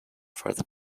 further